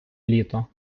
літо